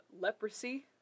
leprosy